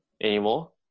anymore